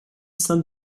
saint